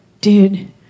dude